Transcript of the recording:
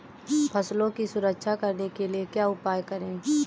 फसलों की सुरक्षा करने के लिए क्या उपाय करें?